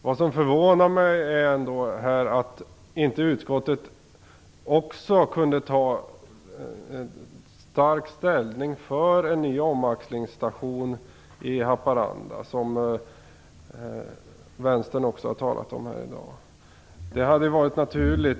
Vad som förvånar mig är dock att utskottet inte samtidigt tog stark ställning för en ny omaxlingsstation i Haparanda, som Vänstern också har talat om i dag. Det hade varit naturligt.